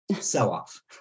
sell-off